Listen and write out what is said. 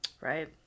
Right